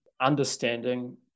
understanding